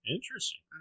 Interesting